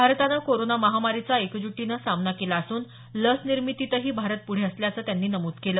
भारतानं कोरोना महामारीचा एकज्टीनं सामना केला असून लस निर्मितीतही भारत पुढे असल्याचं त्यांनी नमूद केलं